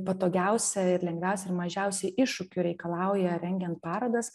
patogiausia ir lengviausia ir mažiausiai iššūkių reikalauja rengiant parodas